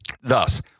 Thus